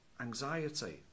Anxiety